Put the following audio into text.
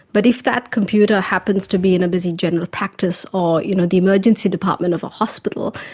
but if that computer happens to be in a busy general practice or you know the emergency department of a hospital,